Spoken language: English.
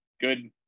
good